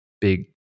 big